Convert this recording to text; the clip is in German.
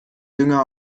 dünger